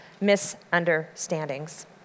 misunderstandings